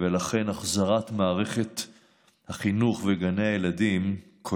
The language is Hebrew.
לכן החזרת מערכת החינוך וגני הילדים לפעילות,